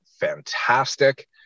fantastic